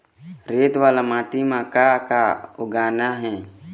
रेत वाला माटी म का का उगाना ये?